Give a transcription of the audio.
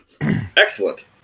Excellent